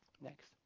Next